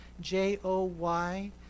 J-O-Y